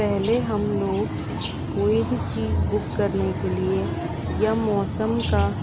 पहले हमलोग कोई भी चीज़ बुक करने के लिए या मौसम का